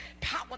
power